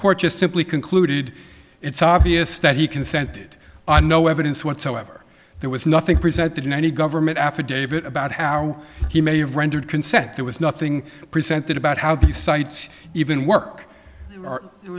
court just simply concluded it's obvious that he consented no evidence whatsoever there was nothing presented in any government affidavit about how he may have rendered consent there was nothing presented about how these sites even work